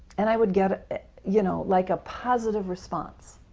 and i would get you know like a positive response.